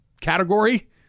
category